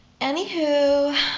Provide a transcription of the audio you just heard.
Anywho